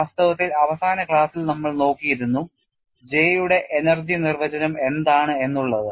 വാസ്തവത്തിൽ അവസാന ക്ലാസിൽ നമ്മൾ നോക്കിയിരുന്നു J യുടെ എനർജി നിർവചനം എന്താണ് എന്നുള്ളത്